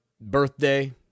birthday